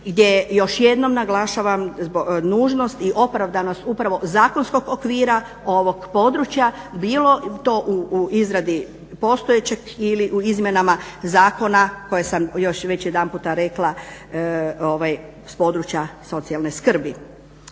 gdje još jednom naglašavam nužnost i opravdanost upravo zakonskog okvira ovog područja bilo to u izradi postojećeg ili u izmjenama zakona koje sam već jedanputa rekla s područja socijalne skrbi.